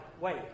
wait